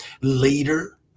later